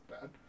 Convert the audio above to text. bad